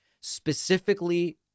specifically